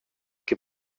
che